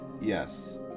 Yes